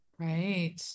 Right